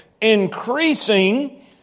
increasing